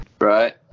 Right